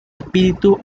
espíritu